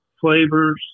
flavors